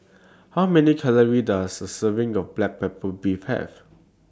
How Many Calories Does A Serving of Black Pepper Beef Have